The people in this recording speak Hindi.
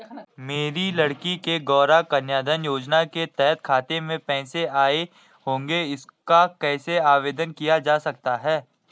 मेरी लड़की के गौंरा कन्याधन योजना के तहत खाते में पैसे आए होंगे इसका कैसे आवेदन किया जा सकता है?